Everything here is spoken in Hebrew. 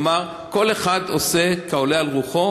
כלומר, כל אחד עושה ככל עולה על רוחו.